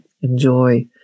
enjoy